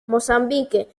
mozambique